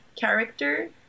character